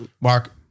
Mark